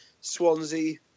Swansea